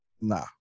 nah